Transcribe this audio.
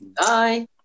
bye